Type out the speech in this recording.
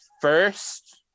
first